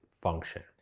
function